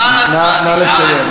נא לסיים.